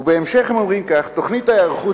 ובהמשך הם אומרים כך: "תוכנית ההיערכות,